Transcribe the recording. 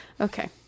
Okay